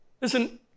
listen